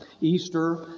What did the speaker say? Easter